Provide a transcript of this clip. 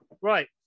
Right